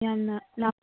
ꯌꯥꯝꯅ ꯂꯥꯞꯄ